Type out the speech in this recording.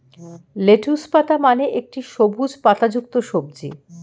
lettuce পাতা মানে একটি সবুজ পাতাযুক্ত সবজি